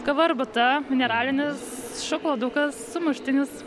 kava arbata mineralinis šokoladukas sumuštinis